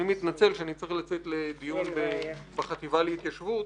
אני מתנצל שאני צריך לצאת לדיון בחטיבה להתיישבות